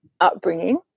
upbringing